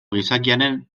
gizakiaren